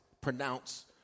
Pronounce